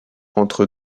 entre